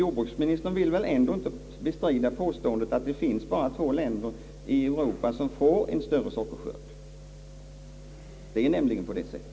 Jordbruksministern vill väl ändå inte bestrida påståendet att det bara finns två länder i Europa som får en större sockerskörd. Det förhåller sig ju på det sättet.